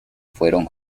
fueron